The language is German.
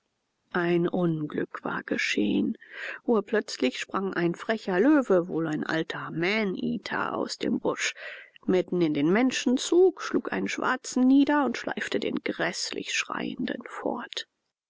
ein unglück war geschehen urplötzlich sprang ein frecher löwe wohl ein alter maneater aus dem busch mitten in den menschenzug schlug einen schwarzen nieder und schleifte den gräßlich schreienden fort